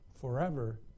forever